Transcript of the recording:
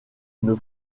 une